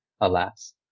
alas